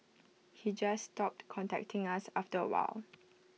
he just stopped contacting us after A while